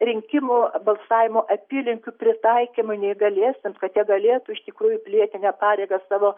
rinkimų balsavimo apylinkių pritaikymą neįgaliesiem kad jie galėtų iš tikrųjų pilietinę pareigą savo